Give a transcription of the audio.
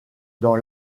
dans